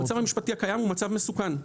המצב המשפטי הקיים הוא מצב מסוכן.